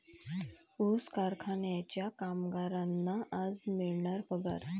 ऊस कारखान्याच्या कामगारांना आज मिळणार पगार